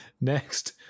next